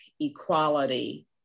equality